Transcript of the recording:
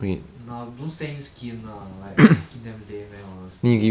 no don't send him skin lah like skin damn lame leh honestly